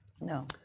No